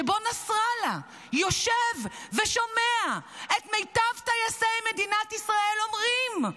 שבו נסראללה יושב ושומע את מיטב טייסי מדינת ישראל אומרים: